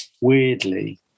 weirdly